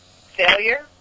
failure